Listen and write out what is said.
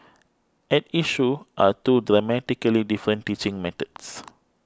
at issue are two dramatically different teaching methods